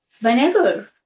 Whenever